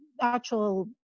actual